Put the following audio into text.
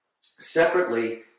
Separately